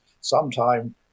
sometime